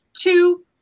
two